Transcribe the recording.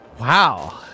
Wow